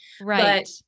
Right